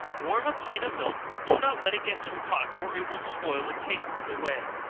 warm a pint of milk, but do not let it get too hot, or it will spoil the taste of the whey.